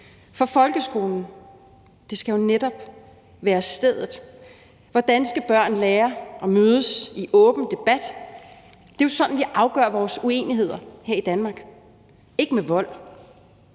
For folkeskolen skal jo netop være stedet, hvor danske børn lærer at mødes i åben debat. Det er jo sådan, vi afgør vores uenigheder her i Danmark, ikke med vold.